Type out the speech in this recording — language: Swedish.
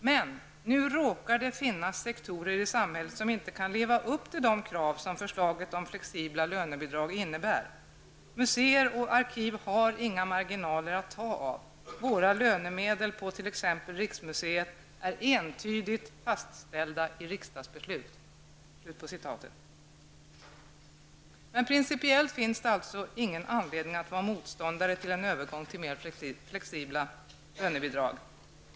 Men nu råkar det finnas sektorer i samhället som inte kan leva upp till de krav som förslaget om flexibla lönebidrag innebär. Museer och arkiv har inga marginaler att ta av -- våra lönemedel på t.ex. Riksmuseet är entydigt fastställda i riksdagsbeslut.'' Principiellt finns det alltså ingen anledning att vara motståndare till en övergång till mer flexibla lönebidrag.